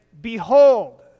behold